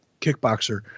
kickboxer